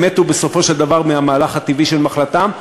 הם מתו בסופו של דבר מהמהלך הטבעי של מחלתם,